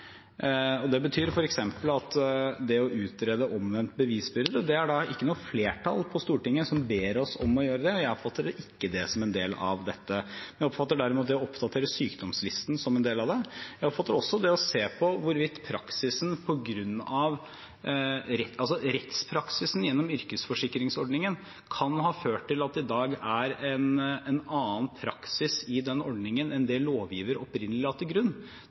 Det betyr f.eks. at det å utrede omvendt bevisbyrde er det ikke noe flertall på Stortinget som ber oss om å gjøre, og jeg oppfatter ikke det som en del av dette. Jeg oppfatter derimot det å oppdatere sykdomslisten som en del av det. Jeg oppfatter også at rettspraksisen gjennom yrkesskadeforsikringsordningen kan ha ført til at det i dag er en annen praksis i den ordningen enn det lovgiver opprinnelig la til grunn.